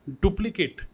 duplicate